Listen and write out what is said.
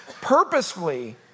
purposefully